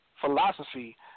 philosophy